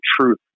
truth